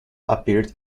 appeared